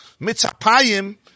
Mitzapayim